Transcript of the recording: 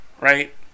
Right